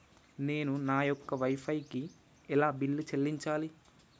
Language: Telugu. నేను నా యొక్క వై ఫై కి ఎలా బిల్లు చెల్లించాలి?